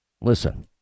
Listen